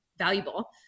valuable